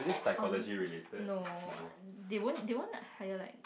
honest no they won't they won't hire like